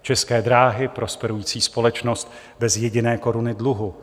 České dráhy, prosperující společnost bez jediné koruny dluhu.